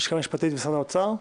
מהלשכה המשפטית במשרד האוצר.